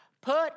put